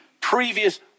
previous